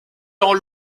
dans